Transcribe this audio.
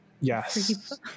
yes